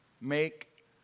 make